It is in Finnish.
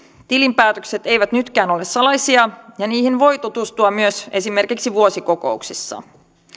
tilinpäätökset eivät nytkään ole salaisia ja niihin voi tutustua myös esimerkiksi vuosikokouksissa